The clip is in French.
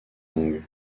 longues